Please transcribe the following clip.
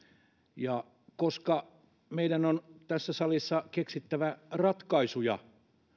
koska meidän on tässä salissa keksittävä ratkaisuja ja